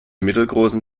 mittelgroßen